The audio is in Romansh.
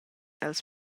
els